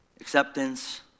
acceptance